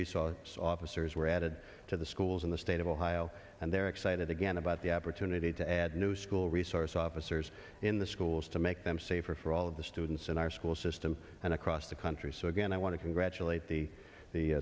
resource officers were added to the schools in the state of ohio and they're excited again about the opportunity to add new school resource officers in the schools to make them safer for all of the students in our school system and across the country so again i want to congratulate the the